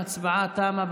ההצבעה תמה.